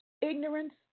ignorance